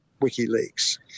WikiLeaks